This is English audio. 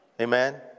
Amen